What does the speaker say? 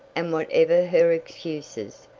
and whatever her excuses,